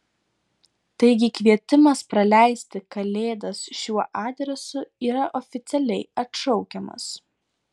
taigi kvietimas praleisti kalėdas šiuo adresu yra oficialiai atšaukiamas